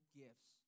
gifts